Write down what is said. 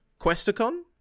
Questacon